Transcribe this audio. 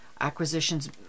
acquisitions